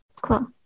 Cool